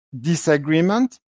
disagreement